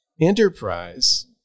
enterprise